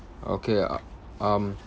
okay uh um